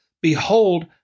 Behold